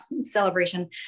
celebration